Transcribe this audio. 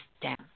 down